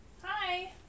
Hi